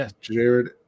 Jared